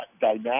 dynamic